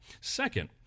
Second